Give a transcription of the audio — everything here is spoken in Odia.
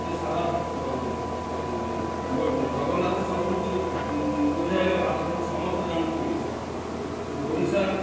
ସେ ସାରା ଜଗନ୍ନାଥ ସଂସ୍କୃତି ବୁଝାଇଲେ ଭାରତର ସମସ୍ତେ ଜାଣନ୍ତି ଓଡ଼ିଶା ଓଡ଼ିଶା